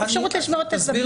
אפשרות לשמירת טביעת אצבע.